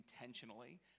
intentionally